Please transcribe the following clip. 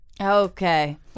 okay